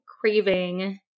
craving